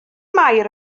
mair